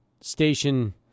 station